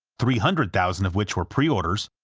three hundred thousand of which were pre-orders,